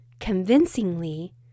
convincingly